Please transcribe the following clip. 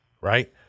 right